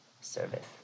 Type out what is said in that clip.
Service